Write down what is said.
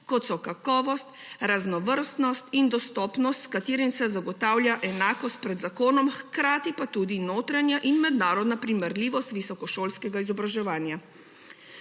kot so kakovost, raznovrstnost in dostopnost, s katerim se zagotavlja enakost pred zakonom, hkrati pa tudi notranja in mednarodna primerljivost visokošolskega izobraževanja.